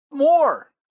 more